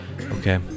Okay